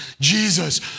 Jesus